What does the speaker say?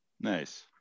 nice